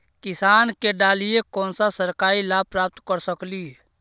किसान के डालीय कोन सा सरकरी लाभ प्राप्त कर सकली?